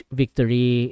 victory